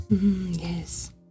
yes